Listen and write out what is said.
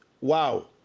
wow